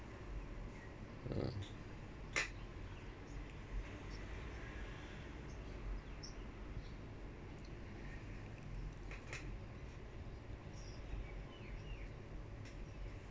uh